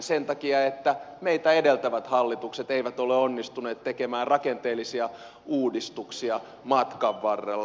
sen takia että meitä edeltävät hallitukset eivät ole onnistuneet tekemään rakenteellisia uudistuksia matkan varrella